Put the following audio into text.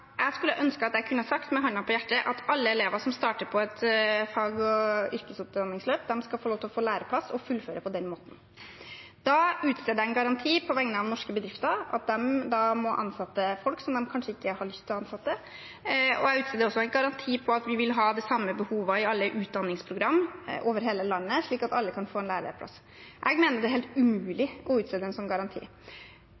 Jeg skulle ønske at jeg med hånden på hjertet kunne sagt at alle elever som starter på et fag- og yrkesutdanningsløp, skal få læreplass og fullføre på den måten. Da utsteder jeg en garanti på vegne av norske bedrifter – at de må ansette folk som de kanskje ikke har lyst til å ansette – og jeg utsteder også en garanti om at vi vil ha det samme behovet i alle utdanningsprogram over hele landet, slik at alle kan få en læreplass. Jeg mener det er helt umulig